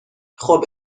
خوب